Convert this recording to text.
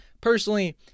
personally